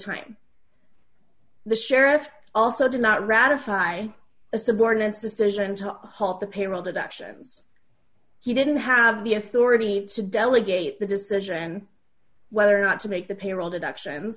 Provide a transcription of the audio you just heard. time the sheriff also did not ratify a subordinate's decision to halt the payroll deductions he didn't have the authority to delegate the decision whether or not to make the payroll deduction